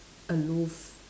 aloof